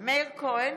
מאיר יצחק הלוי,